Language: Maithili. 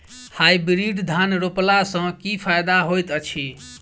हाइब्रिड धान रोपला सँ की फायदा होइत अछि?